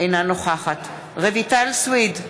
אינה נוכחת רויטל סויד,